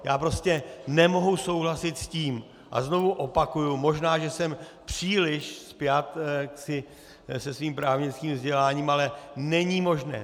Já prostě nemohu souhlasit s tím, a znovu opakuji, možná že jsem příliš spjat se svým právnickým vzděláním, ale není možné.